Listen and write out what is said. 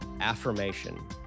affirmation